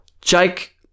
Jake